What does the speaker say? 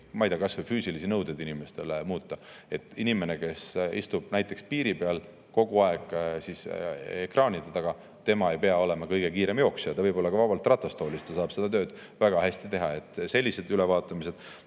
ma ei tea, kasvõi füüsilisi nõudeid inimestele muuta. Inimene, kes istub näiteks piiri peal, kogu aeg ekraanide taga, ei pea olema kõige kiirem jooksja. Ta võib vabalt olla ka ratastoolis. Ta saab seda tööd väga hästi teha. Sellised ülevaatamised